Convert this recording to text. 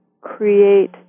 create